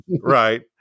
right